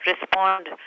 respond